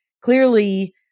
clearly